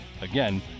Again